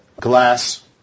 glass